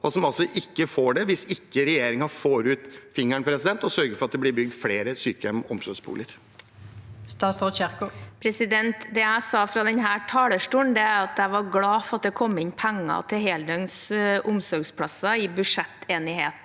og som altså ikke får det, hvis ikke regjeringen får ut fingeren og sørger for at det blir bygd flere sykehjem og omsorgsboliger? Statsråd Ingvild Kjerkol Det jeg sa fra denne talerstolen, er at jeg er glad for at det kom inn penger til heldøgns omsorgsplasser i budsjettenigheten